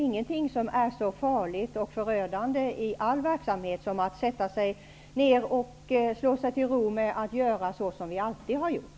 Ingenting är väl så farligt och förödande i all verksamhet som att sätta sig ned och slå sig till ro med att göra precis som man alltid gjort.